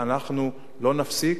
אנחנו לא נפסיק,